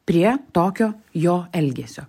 prie tokio jo elgesio